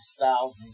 thousands